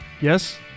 Yes